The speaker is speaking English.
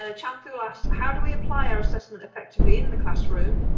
ah chanthoul asks how do we apply our assessment effectively in the classroom?